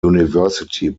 university